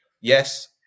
Yes